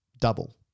double